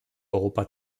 europa